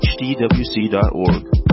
hdwc.org